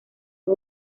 dos